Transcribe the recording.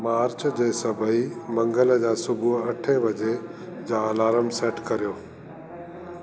मार्च जे सभई मंगल जा सुबुहु अठे वजे जा अलार्म सेट करियो